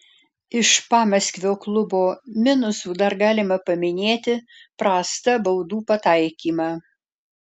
iš pamaskvio klubo minusų dar galima paminėti prastą baudų pataikymą